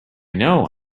know